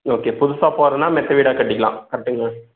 okay புதுசாக போட்றதுன்னா மெத்தை வீடாக கட்டிக்கலாம் கட்டுங்கள்